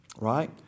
Right